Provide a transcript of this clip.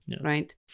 right